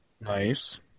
nice